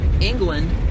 England